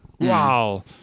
wow